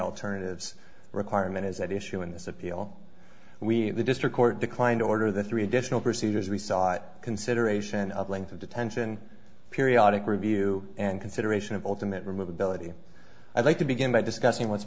alternatives requirement is at issue in this appeal we the district court declined order the three additional procedures we sought consideration of length of detention periodic review and consideration of ultimate remove ability i'd like to begin by discussing w